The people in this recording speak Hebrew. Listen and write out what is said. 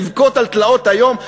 לבכות על תלאות היום,